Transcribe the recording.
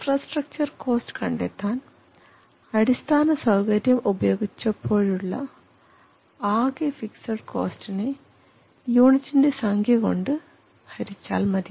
infrastructure cost കണ്ടെത്താൻ അടിസ്ഥാന സൌകര്യം ഉപയോഗിച്ചപ്പോഴുള്ള ആകെ ഫിക്സഡ് കോസ്റ്റ്നെ യൂണിറ്റ്ൻറെ സംഖ്യകൊണ്ട് ഹരിച്ചാൽ മതി